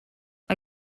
mae